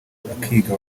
bakiga